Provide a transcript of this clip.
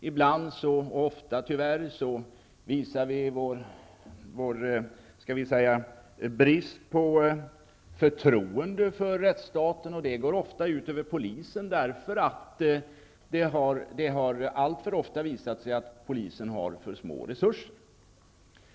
Ibland visar vi, tyvärr, vår brist på förtroende för rättsstaten, och det går ofta ut över polisen, som har för små resurser.